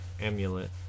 amulet